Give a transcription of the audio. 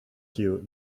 you